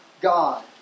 God